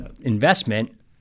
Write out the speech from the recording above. investment